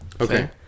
Okay